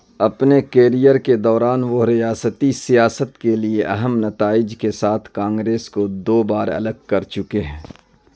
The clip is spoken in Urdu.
اپنے کیریئر کے دوران وہ ریاستی سیاست کے لیے اہم نتائج کے ساتھ کانگریس کو دو بار الگ کر چکے ہیں